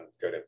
good